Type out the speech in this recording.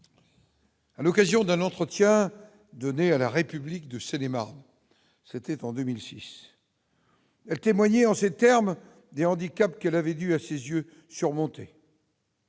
à l'occasion d'un entretien donné à La République de Seine-et-Marne, c'était en 2006, elle témoignait en ces termes et handicap qu'elle avait dû à ses yeux, surmonter.